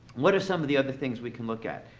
what are some of the other things we can look at?